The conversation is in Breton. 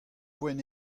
poent